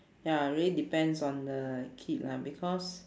ya really depends on the kid lah because